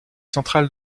centrale